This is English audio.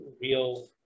real